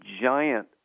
giant